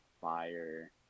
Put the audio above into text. fire